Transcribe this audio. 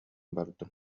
бардым